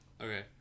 Okay